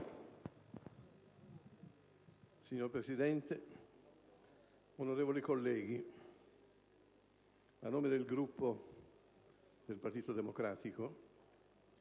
Signor Presidente, onorevoli colleghi, a nome del Gruppo del Partito Democratico